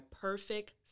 perfect